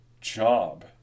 job